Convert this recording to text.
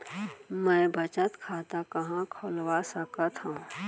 मै बचत खाता कहाँ खोलवा सकत हव?